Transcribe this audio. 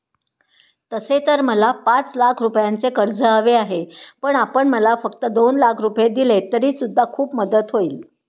तसे तर मला पाच लाख रुपयांचे कर्ज हवे आहे, पण आपण मला फक्त दोन लाख रुपये दिलेत तरी सुद्धा खूप मदत होईल